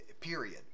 period